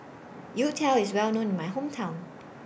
Youtiao IS Well known in My Hometown